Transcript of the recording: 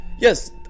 Yes